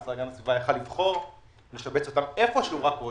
המשרד להגנת הסביבה יכול היה לבחור לשבץ אותם איפה שהוא רוצה,